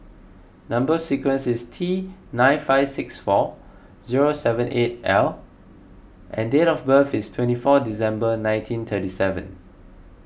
Number Sequence is T nine five six four zero seven eight L and date of birth is twenty four December nineteen thirty seven